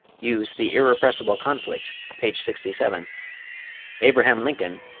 use the irrepressible conflict, page sixty seven abraham lincoln,